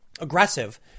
aggressive